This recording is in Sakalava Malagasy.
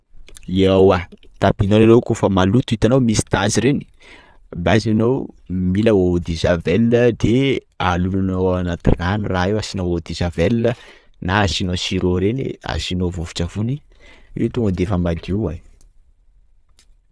I ewa tapis-nareo kôfa maloto itanao misy tasy reny? _x000D_ Basy anao mila eau de javel, de alonanao anaty rano raha io, asianao eau de javel, na asianao sur'eau reny, asinao vovon-tsavony, io to defa madio e!